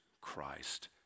Christ